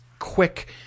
quick